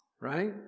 right